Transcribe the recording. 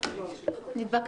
ההצעה אושרה.